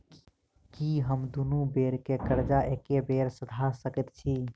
की हम दुनू बेर केँ कर्जा एके बेर सधा सकैत छी?